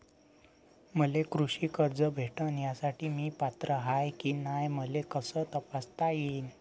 मले कृषी कर्ज भेटन यासाठी म्या पात्र हाय की नाय मले कस तपासता येईन?